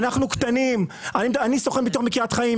אני סוכן ביטוח מקריית חיים,